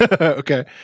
Okay